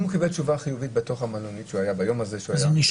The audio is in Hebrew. אם הוא קיבל תשובה חיובית והוא בתוך המלונית?